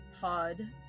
pod